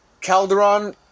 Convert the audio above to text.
Calderon